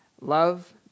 Love